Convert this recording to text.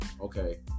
okay